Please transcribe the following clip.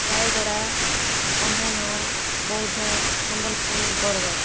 Rayagada Kandhamal Boudh Sambalpur Bargarh